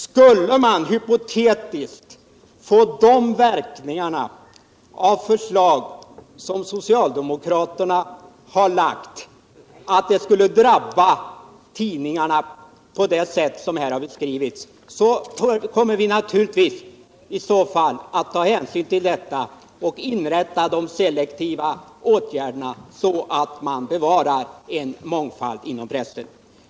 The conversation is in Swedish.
Skulle man hypotetiskt få sådana verkningar av förslag som socialdemokraterna har lagt att de skulle drabba tidningar på det sätt som här har beskrivits kommer vi naturligtvis att ta hänsyn till detta och inrikta de selektiva åtgärderna så att man bevarar en mångfald i pressen.